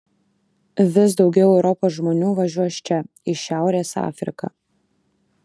vis daugiau europos žmonių važiuos čia į šiaurės afriką